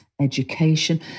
education